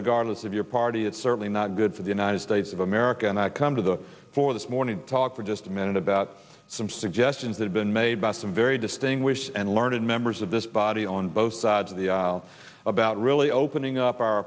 regardless of your party it's certainly not good for the united states of america and i come to the fore this morning to talk for just a minute about some suggestions had been made by some very distinguished and learned members of this body on both sides of the aisle about really opening up our